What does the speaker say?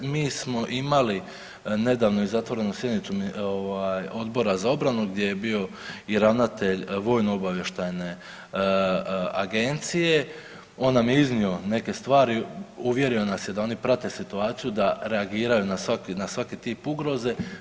Mi smo imali nedavno i zatvorenu sjednicu Odbora za obranu gdje je bio i ravnatelj Vojno-obavještajne agencije, on nam je iznio neke stvari, uvjerio nas je da oni prate situaciju da reagiraju na svaki tip ugroze.